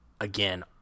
again